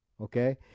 okay